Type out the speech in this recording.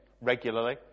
regularly